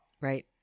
Right